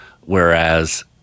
whereas